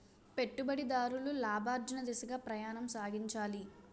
పెట్టుబడిదారులు లాభార్జన దిశగా ప్రయాణం సాగించాలి